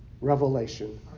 revelation